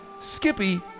Skippy